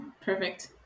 Perfect